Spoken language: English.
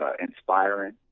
inspiring